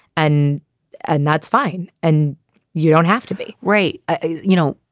and and that's fine. and you don't have to be right you know,